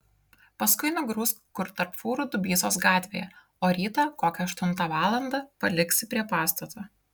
paskui nugrūsk kur tarp fūrų dubysos gatvėje o rytą kokią aštuntą valandą paliksi prie pastato